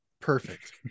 Perfect